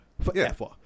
forever